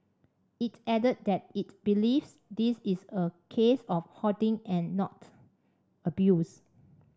it added that it believes this is a case of hoarding and not abuse